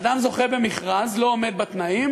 אדם זוכה במכרז, לא עומד בתנאים